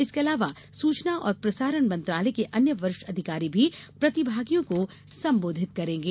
इसके अलावा सूचना और प्रसारण मंत्रालय के अन्य वरिष्ठ अधिकारी भी प्रतिमागियों को संबोधित करेंगे